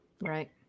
right